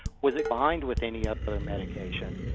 was it combined with any ah other medications?